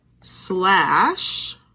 slash